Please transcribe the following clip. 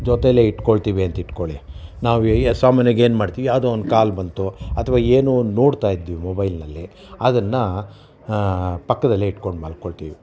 ಜೊತೆಲೇ ಇಟ್ಕೊಳ್ತೀವಿ ಅಂತ ಇಟ್ಕೊಳ್ಳಿ ನಾವು ಸಾಮಾನ್ಯವಾಗಿ ಏನು ಮಾಡ್ತೀವಿ ಯಾವುದೊ ಒಂದು ಕಾಲ್ ಬಂತು ಅಥವಾ ಏನೋ ಒಂದು ನೋಡ್ತಾ ಇದ್ವಿ ಮೊಬೈಲ್ನಲ್ಲಿ ಅದನ್ನು ಪಕ್ಕದಲ್ಲೇ ಇಟ್ಕೊಂಡು ಮಲ್ಕೊಳ್ತೀವಿ